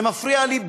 זה מפריע לי.